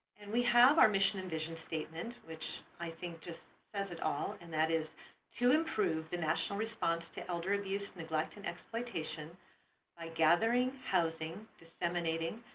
and we have our mission and vision statement, which i think just says it all, and that is to improve the national response to elder abuse, neglect and exploitation by gathering, housing, disseminating,